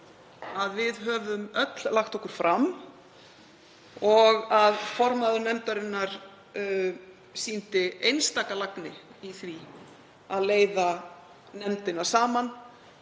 að við höfum öll lagt okkur fram og að formaður nefndarinnar sýndi einstaka lagni í því að leiða nefndina saman